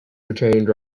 retained